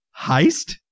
heist